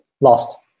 lost